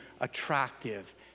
attractive